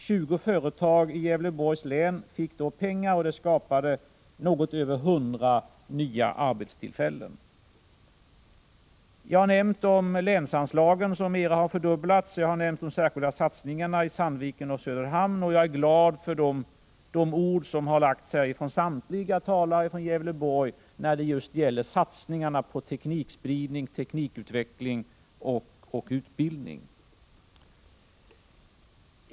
20 företag i Gävleborgs län fick då pengar, och det skapade något över 100 nya arbetstillfällen. Jag har nämnt länsanslagen, som har mer än fördubblats, jag har nämnt de särskilda satsningarna i Sandviken och Söderhamn, och jag är glad över de ord som sagts av samtliga talare från Gävleborg när det gäller just satsningarna på teknikspridning, teknikutveckling och utbildning.